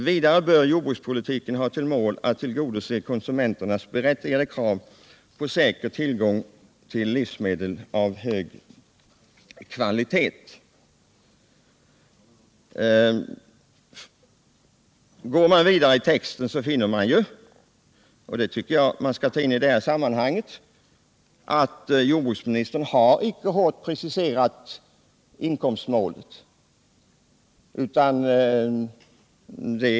Vidare bör jordbrukspolitiken ha till mål att tillgodose konsumenternas berättigade krav på säker tillgång till livsmedel av hög kvalitet —---.” Går man vidare i texten finner man att jordbruksministern inte har hårt preciserat inkomstmålet.